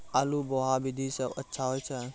आलु बोहा विधि सै अच्छा होय छै?